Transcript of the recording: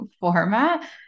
format